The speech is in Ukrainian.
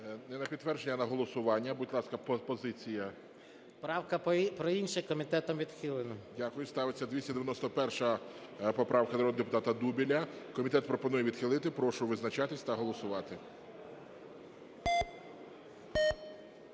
Не на підтвердження, а на голосування. Будь ласка, позиція. 12:35:22 СОЛЬСЬКИЙ М.Т. Правка про інше. Комітетом відхилена. ГОЛОВУЮЧИЙ. Дякую. Ставиться 291 поправка народного депутата Дубеля. Комітет пропонує відхилити. Прошу визначатися та голосувати.